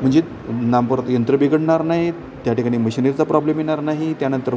म्हणजे ना परत यंत्र बिघडणार नाही त्या ठिकाणी मशिनीचा प्रॉब्लेम येणार नाही त्यानंतर